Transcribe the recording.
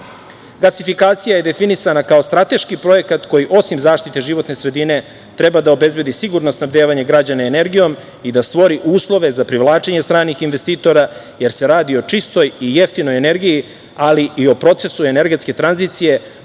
zajmovi. Gasifikacija je definisana kao strateški projekat koji, osim zaštite životne sredine, treba da obezbedi sigurna snabdevanja građana energijom i da stvori uslove za privlačenje stranih investitora, jer se radi o čistoj i jeftinoj energiji, ali i o procesu energetske tranzicije